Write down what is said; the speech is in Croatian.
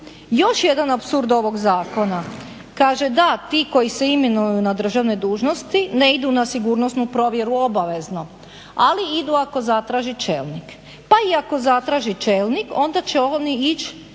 Još jedan apsurd ovog zakona. Kaže da ti koji se imenuju na državne dužnosti ne idu na sigurnosnu provjeru, ali idu ako zatraži čelnik. Pa i ako zatraži čelnik onda će oni ići